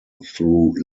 through